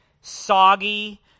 soggy